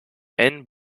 and